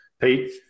Pete